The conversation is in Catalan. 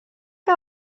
que